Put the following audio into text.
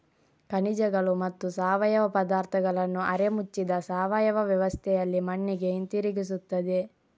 ಖನಿಜಗಳು ಮತ್ತು ಸಾವಯವ ಪದಾರ್ಥಗಳನ್ನು ಅರೆ ಮುಚ್ಚಿದ ಸಾವಯವ ವ್ಯವಸ್ಥೆಯಲ್ಲಿ ಮಣ್ಣಿಗೆ ಹಿಂತಿರುಗಿಸುತ್ತದೆ